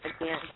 again